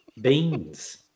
Beans